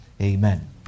Amen